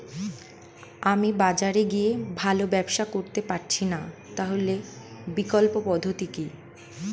আমি বাজারে গিয়ে ভালো ব্যবসা করতে পারছি না তাহলে বিকল্প পদ্ধতি কি?